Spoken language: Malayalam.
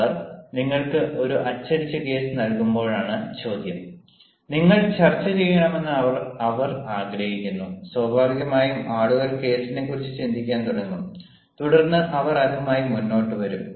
അവർ നിങ്ങൾക്ക് ഒരു അച്ചടിച്ച കേസ് നൽകുമ്പോഴാണ് ചോദ്യം നിങ്ങൾ ചർച്ച ചെയ്യണമെന്ന് അവർ ആഗ്രഹിക്കുന്നു സ്വാഭാവികമായും ആളുകൾ കേസിനെക്കുറിച്ച് ചിന്തിക്കാൻ തുടങ്ങും തുടർന്ന് അവർ അതുമായി മുന്നോട്ടുവരും